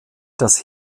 das